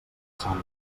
santa